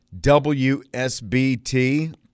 WSBT